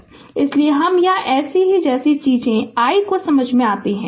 इसलिए हम यहाँ एसे है जैसी चीजें i को समझ में आती हैं